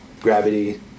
gravity